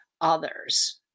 others